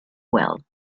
well